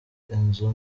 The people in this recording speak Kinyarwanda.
inzu